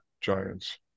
giants